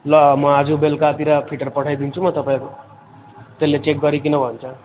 ल म आज बेलुकातिर फिटर पठाइदिन्छु म तपाईँ त्यसले चेक गरिकन भन्छ